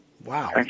Wow